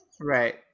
Right